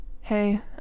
Hey